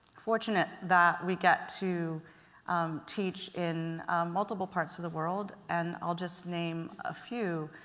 fortunate that we get to teach in multiple parts of the world. and i'll just name a few.